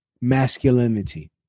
masculinity